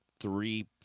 three